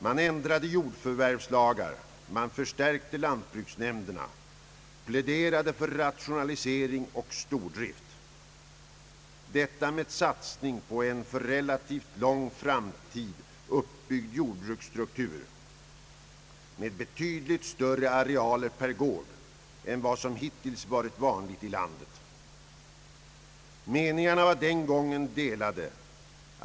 Man ändrade jordförvärvslagar, man förstärkte lantbruksnämnderna, pläderade för rationalisering och stordrift — detta med satsning på en för relativt lång framtid uppbyggd jordbruksstruktur med betydligt större arealer per gård än vad som hittills varit vanliga i landet. Meningarna var den gången delade.